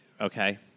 Okay